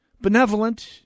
benevolent